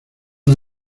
dan